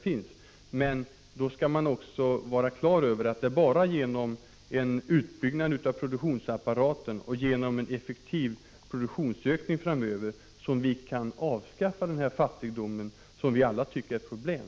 Men man skall vara klar över att det är bara genom en utbyggnad av produktionsapparaten och en effektiv produktionsökning framöver som vi kan avskaffa den fattigdom som vi alla tycker är ett problem.